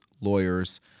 lawyers